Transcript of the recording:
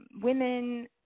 women